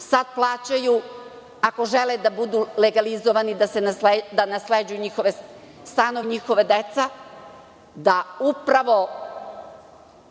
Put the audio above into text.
sada plaćaju ako žele da budu legalizovani, da nasleđuju njihove stanove njihova deca, da upravo